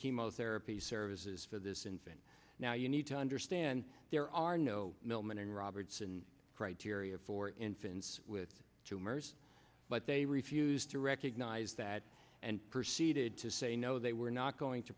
chemotherapy services for this infant now you need to understand there are no millman in robertson criteria for infants with tumors but they refused to recognize that and proceeded to say no they were not going to